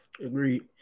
Agreed